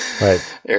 right